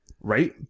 right